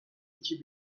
iki